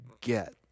get